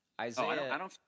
Isaiah